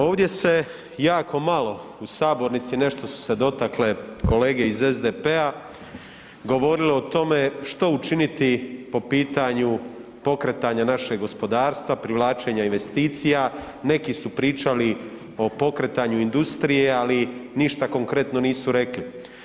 Ovdje se jako malo u sabornici, nešto su se dotakle kolege iz SDP-a, govorili o tome što učiniti po pitanju pokretanja našeg gospodarstva, privlačenja investicija, neki su pričali o pokretanju industrije, ali ništa konkretno nisu rekli.